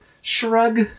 shrug